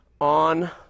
on